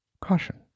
caution